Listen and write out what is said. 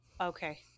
Okay